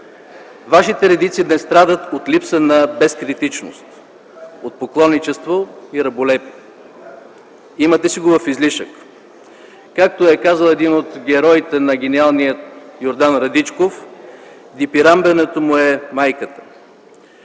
Вашите редици страдат от липса на безкритичност, поклонничество и раболепие си ги имате в излишък. Както е казал един от героите на гениалния Йордан Радичков: „Дитирамбенето му е майката”.